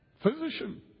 physician